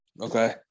Okay